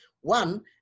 One